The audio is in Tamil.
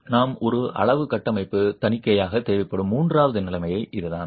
எனவே நமக்கு ஒரு அளவு கட்டமைப்பு தணிக்கையாக தேவைப்படும் மூன்றாவது நிலைமை இதுதான்